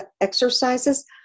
exercises